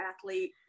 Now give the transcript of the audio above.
athlete